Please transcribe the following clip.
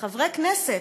לחברי כנסת.